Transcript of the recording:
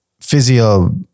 physio